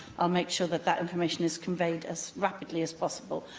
i'll make sure that that information is conveyed as rapidly as possible.